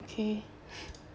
okay